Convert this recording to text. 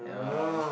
ya